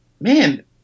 man